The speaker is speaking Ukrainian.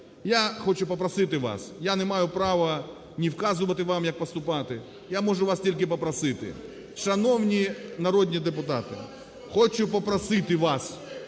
Я хочу попросити вас, я не маю права ні вказувати вам, як поступати, я можу вас тільки попросити: шановні народні депутати, хочу попросити вас